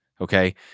Okay